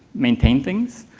maintain things.